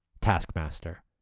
Taskmaster